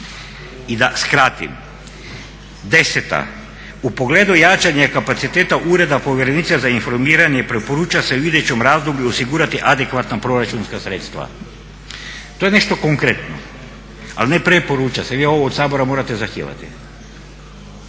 I da skratim, deseta. U pogledu jačanja kapaciteta Ureda povjerenice za informiranje preporuča se u idućem razdoblju osigurati adekvatna proračunska sredstva. To je nešto konkretno, ali ne preporuča se. Vi ovo od Sabora morate zahtijevati